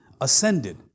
ascended